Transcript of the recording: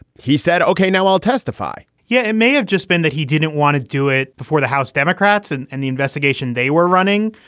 he said, ok, now i'll testify yeah, it may have just been that he didn't want to do it before the house democrats and and the investigation they were running.